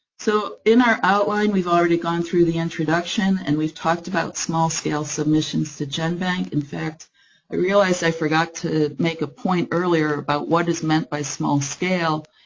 so in our outline, we've already gone through the introduction, and we've talked about small-scale submissions to genbank. in fact, i realized i forgot to make a point earlier about what is meant by small scale,